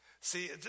See